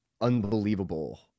unbelievable